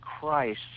Christ